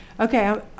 Okay